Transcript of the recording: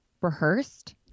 rehearsed